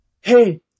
hey